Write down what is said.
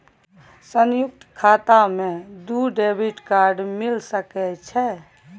संयुक्त खाता मे दू डेबिट कार्ड मिल सके छै?